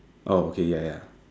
oh okay ya ya